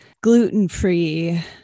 gluten-free